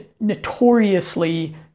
notoriously